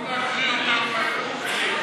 הרב ליצמן, עליזה קוראת לך.